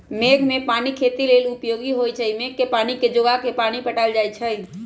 मेघ कें पानी खेती लेल उपयोगी होइ छइ मेघ के पानी के जोगा के पानि पटायल जाइ छइ